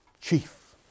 chief